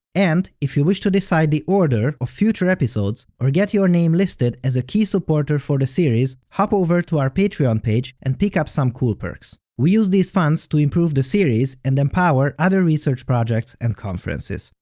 and, if you wish to decide the order of future episodes or get your name listed as a key supporter for the series, hop over to our patreon page and pick up some cool perks. we use these funds to improve the series and empower other research projects and conferences.